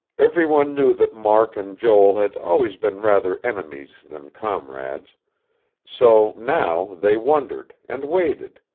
every one knew that mark and joel had always been rather enemies than comrades so, now, they wondered, and waited,